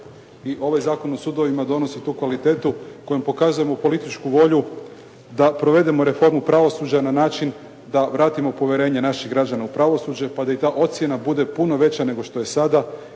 i ovaj Zakon o sudovima donosi tu kvalitetu kojom pokazujemo političku volju da provedemo reformu pravosuđa na način da vratimo povjerenje naših građana u pravosuđe pa da i ta ocjena bude puno veća nego što je sada